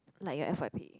like your F_Y_P